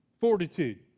Fortitude